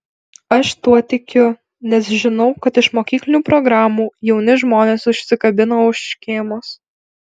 aš tuo tikiu nes žinau kad iš mokyklinių programų jauni žmonės užsikabina už škėmos